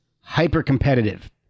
hyper-competitive